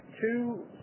two